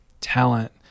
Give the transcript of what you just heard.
talent